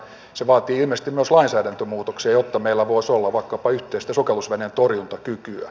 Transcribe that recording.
se vaatii ilmeisesti myös lainsäädäntömuutoksia jotta meillä voisi olla vaikkapa yhteistä sukellusveneentorjuntakykyä